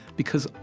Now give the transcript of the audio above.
because,